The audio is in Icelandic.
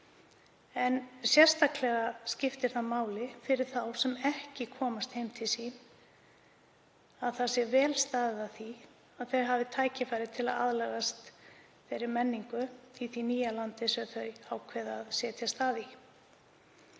En sérstaklega skiptir það máli fyrir þá sem ekki komast heim til sín að vel sé staðið að því að þeir hafi tækifæri til að aðlagast menningunni í nýja landinu sem þeir ákveða að setjast að í.